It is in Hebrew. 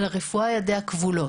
ידי הרפואה כבולות.